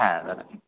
হ্যাঁ দাদা